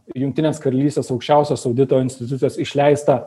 jungtinės karalystės aukščiausios audito institucijos išleistą